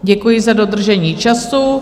Děkuji za dodržení času.